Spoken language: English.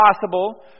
possible